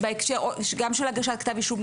גם של הגשת כתב אישום,